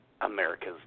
America's